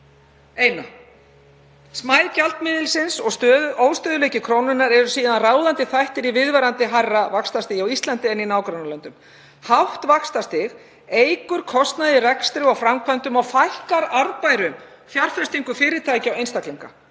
landið. Smæð gjaldmiðilsins og óstöðugleiki hans eru síðan ráðandi þættir í viðvarandi hærra vaxtastigi á Íslandi en í nágrannalöndum. Hátt vaxtastig eykur kostnað í rekstri og framkvæmdum og fækkar arðbærum fjárfestingum fyrirtækja og einstaklinga.